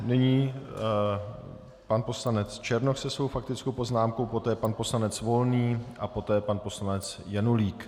Nyní pan poslanec Černoch se svou faktickou poznámkou, poté pan poslanec Volný a poté pan poslanec Janulík.